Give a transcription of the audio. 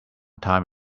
time